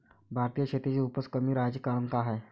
भारतीय शेतीची उपज कमी राहाची कारन का हाय?